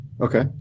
Okay